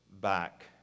back